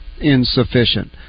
insufficient